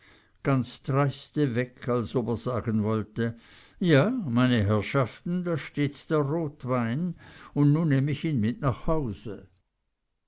ganz dreiste weg als ob er sagen wollte ja meine herrschaften da steht der rotwein un nu nehm ich ihn mit nach hause